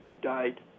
died